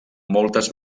moltes